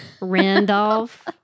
Randolph